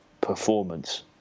performance